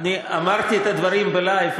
אמרתי את הדברים ב"לייב",